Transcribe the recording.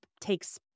takes